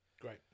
Great